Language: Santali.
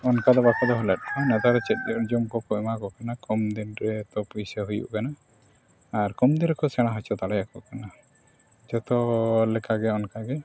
ᱚᱱᱠᱟ ᱫᱚ ᱵᱟᱠᱚ ᱫᱚᱦᱚ ᱞᱮᱫ ᱠᱚᱣᱟ ᱱᱮᱛᱟᱨ ᱫᱚ ᱪᱮᱫ ᱡᱚᱢ ᱠᱚᱠᱚ ᱮᱢᱟ ᱠᱚ ᱠᱟᱱᱟ ᱛᱚ ᱠᱚᱢ ᱫᱤᱱᱨᱮ ᱯᱩᱭᱥᱟᱹ ᱛᱚ ᱦᱩᱭᱩᱜ ᱠᱟᱱᱟ ᱟᱨ ᱠᱚᱢ ᱫᱤᱱ ᱨᱮᱠᱚ ᱥᱮᱬᱟ ᱦᱚᱪᱚ ᱫᱟᱲᱮᱭᱟᱠᱚ ᱠᱟᱱᱟ ᱡᱚᱛᱚ ᱞᱮᱠᱟᱜᱮ ᱚᱱᱠᱟ ᱜᱮ